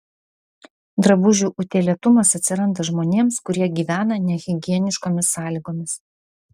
drabužių utėlėtumas atsiranda žmonėms kurie gyvena nehigieniškomis sąlygomis